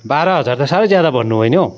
बाह्र हजार त साह्रै ज्यादा भन्नु भयो नि हौ